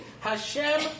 Hashem